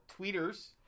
tweeters